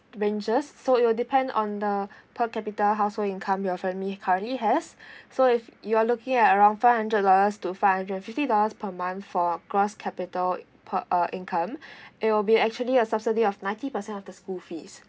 ranges so it will depend on the per capita household income your family currently has so if you are looking at around five hundred dollars to five hundred fifty dollars per month for gross capital per uh income it will be actually a subsidy of ninety percent of the school fees